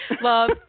Love